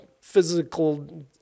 physical